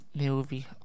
movie